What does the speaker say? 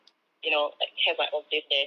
you know like have my own place there